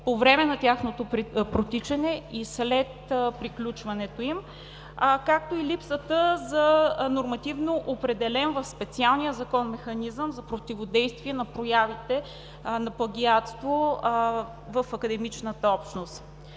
по време на тяхното протичане и след приключването им, както и липсата за нормативно определен в специалния закон механизъм за противодействие на проявите на плагиатство в академичната общност.